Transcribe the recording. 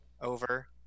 over